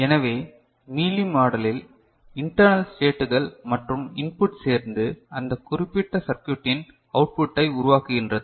எனவே மீலி மாடலில் இன்டெர்னல் ஸ்டேட்டுகள் மற்றும் இன்புட் சேர்ந்து அந்தக் குறிப்பிட்ட சர்க்யூடின் அவுட்புட்டை உருவாக்குகின்றது